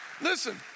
Listen